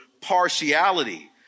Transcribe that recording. partiality